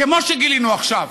כמו שגילינו עכשיו.